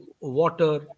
water